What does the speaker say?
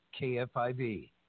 KFIV